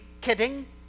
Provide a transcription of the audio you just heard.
kidding